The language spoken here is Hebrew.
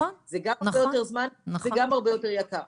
זה גם יותר זמן וגם יותר יקר.